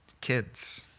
kids